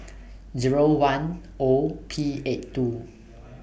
Zero one O P eight two